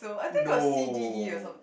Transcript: no